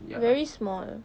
very small